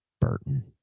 Burton